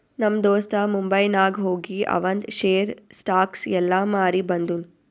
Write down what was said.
ನಮ್ ದೋಸ್ತ ಮುಂಬೈನಾಗ್ ಹೋಗಿ ಆವಂದ್ ಶೇರ್, ಸ್ಟಾಕ್ಸ್ ಎಲ್ಲಾ ಮಾರಿ ಬಂದುನ್